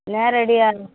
நேரடியாக